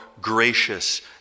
gracious